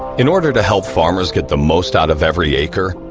in order to help farmers get the most out of every acre,